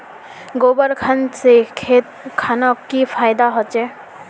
गोबर खान से खेत खानोक की फायदा होछै?